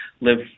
live